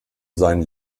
seinen